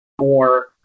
more